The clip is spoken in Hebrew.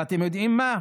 ואתם יודעים מה,